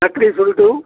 necklace road